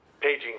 Paging